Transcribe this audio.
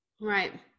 Right